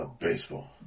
baseball